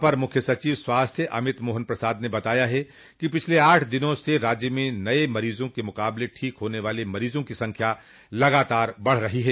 अपर मुख्य सचिव स्वास्थ्य अमित मोहन प्रसाद ने बताया कि पिछले आठ दिनों से राज्य में नये मरीजों के मुकाबले ठीक होन वाले मरीजों की संख्या लगातार बढ़ रही है